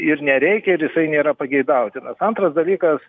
ir nereikia ir jisai nėra pageidautinas antras dalykas